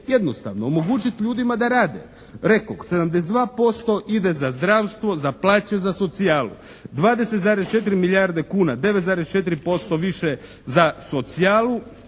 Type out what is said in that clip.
jednostavno, omogućiti ljudima da rade. Rekoh, 72% ide za zdravstvo, za plaće, za socijalu. 20,4 milijarde kuna, 9,4% više za socijalu